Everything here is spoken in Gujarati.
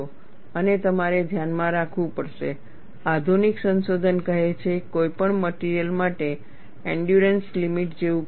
અને તમારે ધ્યાનમાં રાખવું પડશે આધુનિક સંશોધન કહે છે કોઈપણ મટિરિયલ માટે એંડયૂરન્સ લિમિટ જેવું કંઈ નથી